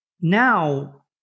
now